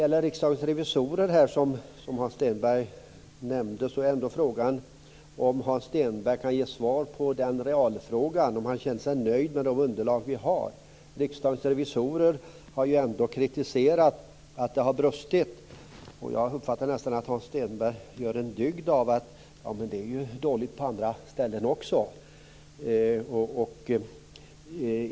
Frågan är om Hans Stenberg kan ge svar på realfrågan om han känner sig nöjd med de underlag vi har. Riksdagens revisorer har kritiserat att det har brustit där. Jag uppfattar det nästan så att Hans Stenberg gör en dygd av att det är dåligt på andra ställen också.